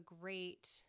great